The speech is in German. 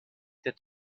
der